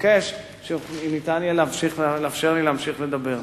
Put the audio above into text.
מבקש שניתן יהיה לי להמשיך לדבר.